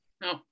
no